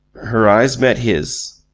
her eyes met his.